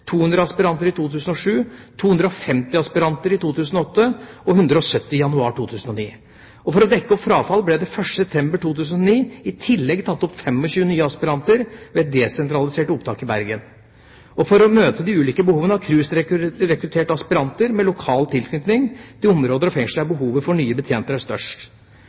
200 aspiranter i 2007, 250 aspiranter i 2008 og 170 i januar 2009. For å dekke opp frafall ble det 1. september 2009 i tillegg tatt opp 25 aspiranter ved et desentralisert opptak i Bergen. For å møte de ulike behovene har KRUS rekruttert aspiranter med lokal tilknytning til områder og fengsler der behovet for nye betjenter er størst.